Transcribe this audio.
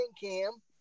Cam